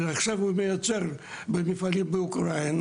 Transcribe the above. עכשיו הוא מיוצר במפעלים באוקראינה.